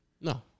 No